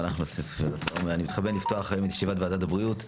אני מתכבד לפתוח את ישיבת ועדת הבריאות.